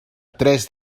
tres